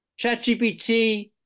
ChatGPT